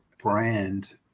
brand